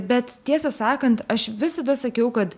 bet tiesą sakant aš visada sakiau kad